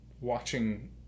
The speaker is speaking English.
watching